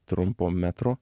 trumpo metro